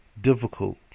difficult